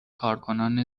کارکنان